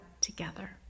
together